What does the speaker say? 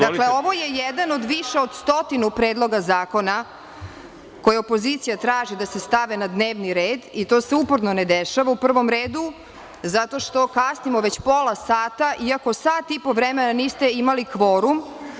Dakle, ovo je jedan od više od stotinu predloga zakona za koje opozicija traži da se stave na dnevni red, i to se uporno ne dešava, u prvom redu zato što kasnimo već pola sata, iako sat i po vremena niste imali kvorum.